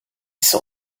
saw